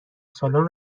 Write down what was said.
سالن